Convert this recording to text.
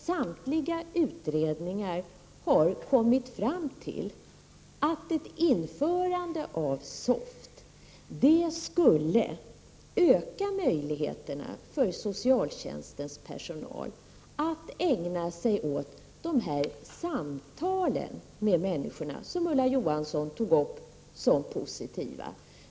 Samtliga utredningar har kommit fram till att ett införande av SOFT skulle öka möjligheterna för socialtjänstens personal att ägna sig åt de samtal med människor som Ulla Johansson tog upp som något positivt.